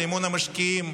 לאמון המשקיעים,